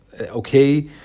Okay